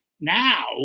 now